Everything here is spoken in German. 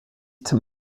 zum